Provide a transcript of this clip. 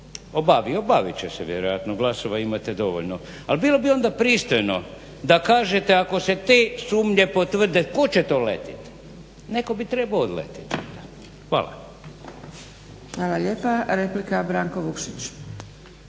obavit će se vjerojatno. Glasova imate dovoljno. Ali bilo bi onda pristojno da kažete ako se te sumnje potvrde tko će to letit. Netko bi trebao odletit. Hvala. **Zgrebec, Dragica (SDP)** Hvala lijepa. Replika Branko Vukšić.